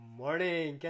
morning